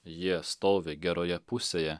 jie stovi geroje pusėje